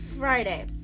Friday